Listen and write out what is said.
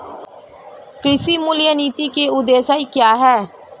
कृषि मूल्य नीति के उद्देश्य क्या है?